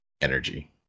energy